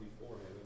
beforehand